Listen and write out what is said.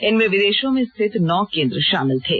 इनमें विदेशों में स्थित नौ केन्द्र शामिल थे